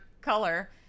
color